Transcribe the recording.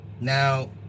Now